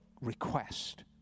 request